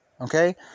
Okay